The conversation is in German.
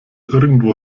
irgendwo